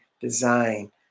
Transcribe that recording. design